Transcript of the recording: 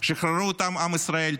שחררו את עם ישראל,